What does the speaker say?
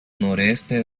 noreste